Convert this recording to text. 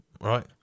Right